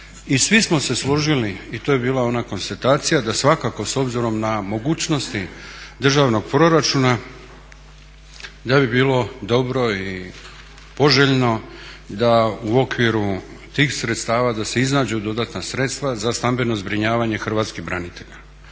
I svi smo se složili, i to je bila ona konstatacija da svakako s obzirom na mogućnosti državnog proračuna da bi bilo dobro i poželjno da u okviru tih sredstava da se iznađu dodatna sredstva za stambeno zbrinjavanje hrvatskih branitelja.